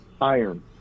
Iron